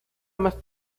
más